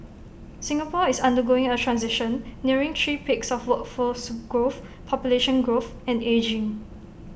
Singapore is undergoing A transition nearing three peaks of workforce growth population growth and ageing